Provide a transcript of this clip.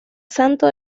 santo